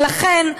לכן,